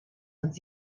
uns